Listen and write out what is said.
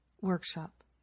workshop